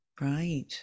Right